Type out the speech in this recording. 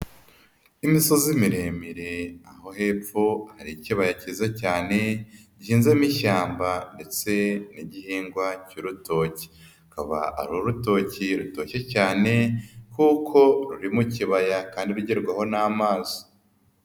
Iimisozi miremire aho hepfo hari ikibaya kiza cyane gihinzemo ishyamba ndetse n'igihingwa cy'urutoki, akaba urutoki rutoshye cyane kuko ruri mu kibaya kandi rugerwaho n'amazi.